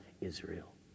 Israel